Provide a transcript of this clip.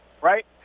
right